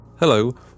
Hello